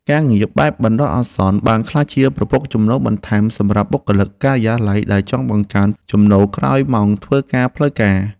ការងារបែបបណ្ដោះអាសន្នបានក្លាយជាប្រភពចំណូលបន្ថែមសម្រាប់បុគ្គលិកការិយាល័យដែលចង់បង្កើនចំណូលក្រោយម៉ោងធ្វើការផ្លូវការ។